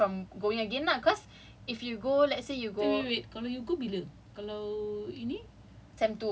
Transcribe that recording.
ya exactly that's that's the thing that it's stopping us from going again lah cause if you go let's say you go